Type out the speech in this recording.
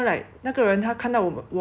and because we are both like chinese [what]